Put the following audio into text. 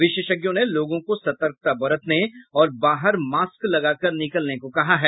विशेषज्ञों ने लोगों को सतर्कता बरतने और बाहर मास्क लगाकर निकलने को कहा है